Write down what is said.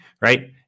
Right